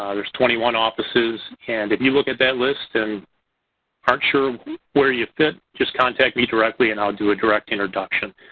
there's twenty one offices and if you look at that list and aren't sure where you fit just contact me directly and i'll do a direct introduction.